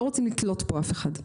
לא רוצים לתלות פה אף אחד.